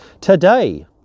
today